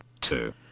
two